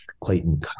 Clayton